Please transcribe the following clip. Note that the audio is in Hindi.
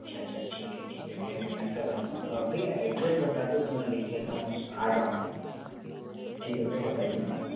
अच्छा अच्छा ठीक है ठीक है भईया तो मैं ऐसा करता हूँ भईया अड्रेस बता दो तो मैं लिख लेता हूँ आ जाऊंगा ठीक है भईया बताइए